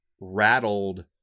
rattled